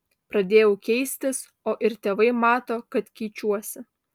pradėjau keistis o ir tėvai mato kad keičiuosi